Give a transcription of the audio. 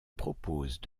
proposent